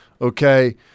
okay